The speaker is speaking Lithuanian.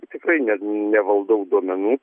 tikrai ne nevaldau duomenų